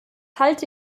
halte